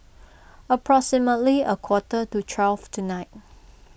approximately a quarter to twelve tonight